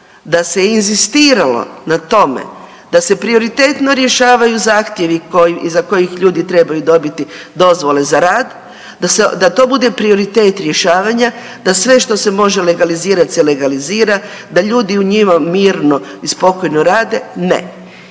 da se inzistiralo na tome da se prioritetno rješavaju zahtjevi iza kojih ljudi trebaju dobiti dozvole za rad da to bude prioritet rješavanja, da sve što se može legalizirat se legalizira, da ljudi u njima mirno i spokojno rade, ne.